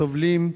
סובלים,